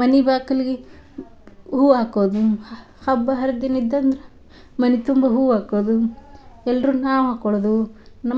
ಮನೆ ಬಾಗಿಲ್ಗೆ ಹೂ ಹಾಕೋದು ಹಬ್ಬ ಹರಿದಿನ ಇದ್ದಂದ್ರೆ ಮನೆ ತುಂಬ ಹೂ ಹಾಕೋದು ಎಲ್ಲರು ನಾವು ಹಾಕೊಳ್ಳೋದು